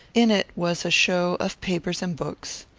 in it was a show of papers and books.